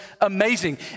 amazing